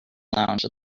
lounge